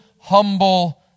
humble